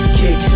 kick